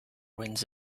winds